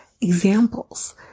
examples